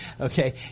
Okay